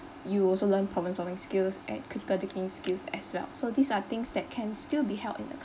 you also learn problem solving skills and critical thinking skills as well so these are things that can still be held in a